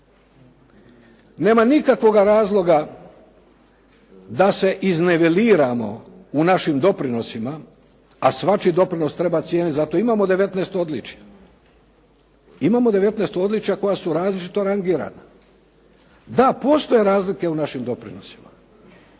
Nema nikakvoga razloga da se izniveliramo u našim doprinosima, a svačiji doprinos treba cijeniti. Zato imamo 19 odličja. Imamo 19 odličja koja su različito rangirana. Da, postoje razlike u našim doprinosima.